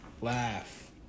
Laugh